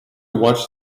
watched